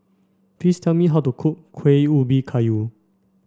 please tell me how to cook Kueh Ubi Kayu